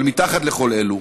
אבל מתחת לכל אלו,